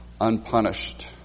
unpunished